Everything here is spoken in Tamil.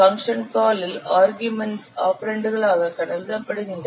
பங்க்ஷன் கால் இல் ஆர்கியூமென்ட்ஸ் ஆபரெண்டுகளாக கருதப்படுகின்றன